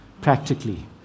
practically